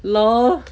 LOL